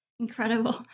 Incredible